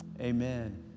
Amen